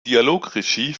dialogregie